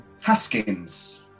Haskins